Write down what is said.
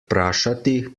vprašati